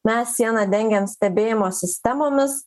mes sieną dengiam stebėjimo sistemomis